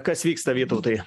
kas vyksta vytautai